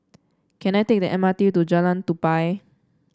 can I take the M R T to Jalan Tupai